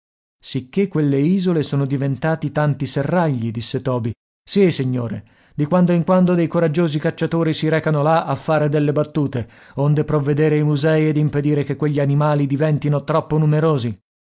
sicché quelle isole sono diventate tanti serragli disse toby sì signore di quando in quando dei coraggiosi cacciatori si recano là a fare delle battute onde provvedere i musei ed impedire che quegli animali diventino troppo numerosi